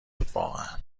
بودواقعا